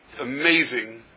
amazing